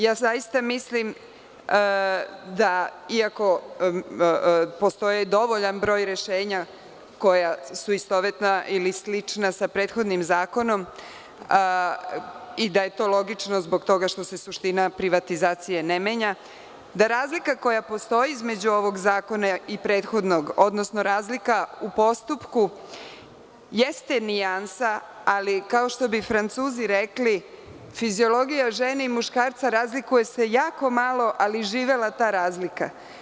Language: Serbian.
Ja zaista mislim da, iako postoji dovoljan broj rešenja koja su istovetna ili slična sa prethodnim zakonom i da je to logično zbog toga što se suština privatizacije ne menja, razlika koja postoji između ovog zakona i prethodnog, odnosno razlika u postupku jeste nijansa, ali kao što bi Francuzi rekli - fiziologija žene i muškarca razlikuje se jako malo, ali živela ta razlika.